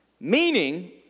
Meaning